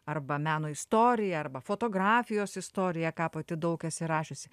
arba meno istorija arba fotografijos istorija ką pati daug esi rašiusi